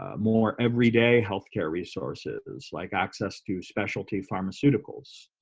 ah more everyday health care resources like access to specialty pharmaceuticals,